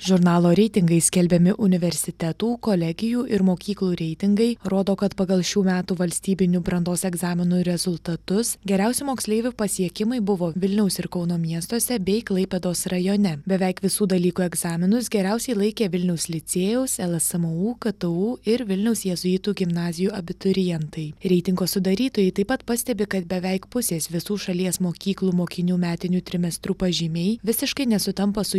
žurnalo reitingai skelbiami universitetų kolegijų ir mokyklų reitingai rodo kad pagal šių metų valstybinių brandos egzaminų rezultatus geriausi moksleivių pasiekimai buvo vilniaus ir kauno miestuose bei klaipėdos rajone beveik visų dalykų egzaminus geriausiai laikė vilniaus licėjaus lsmu ktu ir vilniaus jėzuitų gimnazijų abiturientai reitingo sudarytojai taip pat pastebi kad beveik pusės visų šalies mokyklų mokinių metinių trimestrų pažymiai visiškai nesutampa su